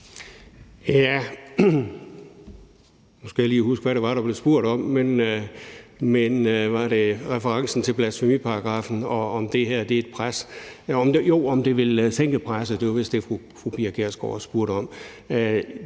(V): Nu skal jeg lige huske, hvad det var, der blev spurgt om, altså om referencen til blasfemiparagraffen, og om det her er et pres. Jo, det var vist, om det vil sænke presset. Det var det, fru Pia Kjærsgaard spurgte om.